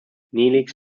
neelix